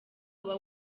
uba